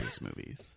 movies